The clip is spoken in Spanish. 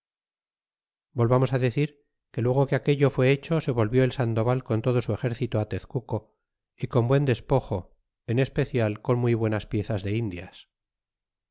volvamos a decir que luego que aquello fué hecho se volvió et sandoval con todo su exército tezcuco y con buen despojo en especial con muy buenas piezas de indias